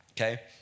Okay